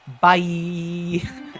Bye